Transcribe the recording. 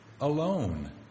alone